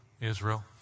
Israel